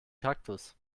kaktus